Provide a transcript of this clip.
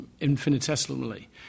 infinitesimally